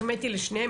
החמאתי לשניהם.